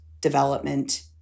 development